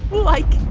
like,